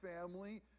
family